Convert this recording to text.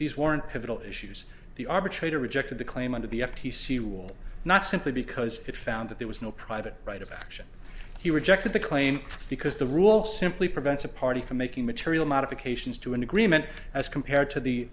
these weren't pivotal issues the arbitrator rejected the claim under the f t c rule not simply because it found that there was no private right of action he rejected the claim because the rule simply prevents a party from making material modifications to an agreement as compared to the